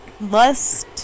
lust